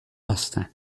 هستن